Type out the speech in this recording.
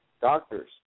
doctors